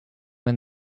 when